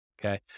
Okay